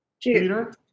Peter